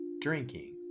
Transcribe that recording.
drinking